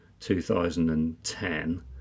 2010